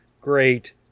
great